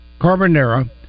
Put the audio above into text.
carbonara